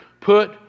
put